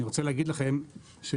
אני רוצה להגיד לכם שהמודלים,